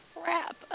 Crap